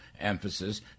emphasis